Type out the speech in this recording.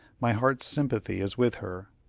my heart's sympathy is with her.